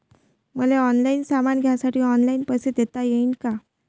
मले ऑनलाईन सामान घ्यासाठी ऑनलाईन पैसे देता येईन का?